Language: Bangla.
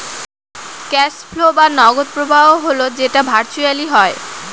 ক্যাস ফ্লো বা নগদ প্রবাহ হল যেটা ভার্চুয়ালি হয়